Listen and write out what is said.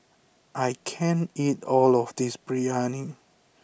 I can't eat all of this Biryani